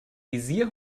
visier